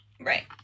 right